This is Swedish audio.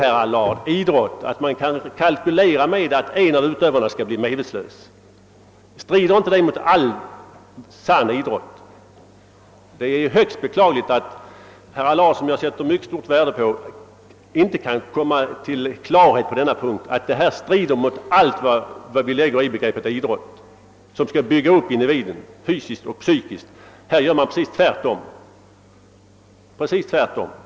Är det idrott, herr Allard, att kalkylera med att en av utövarna skall bli medvetslös? Strider inte det mot andan i all sann idrott? Det är högst beklagligt att herr Allard -— som jag sätter mycket stort värde på — inte kan få klart för sig att sådant strider mot allt vad vi inlägger i begreppet idrott. Sportutövning skall ju bygga upp individen psykiskt och fysiskt, men i boxningen gör man precis tvärtom.